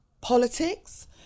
politics